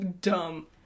Dumb